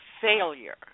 failure